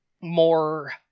more